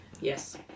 Yes